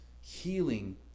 healing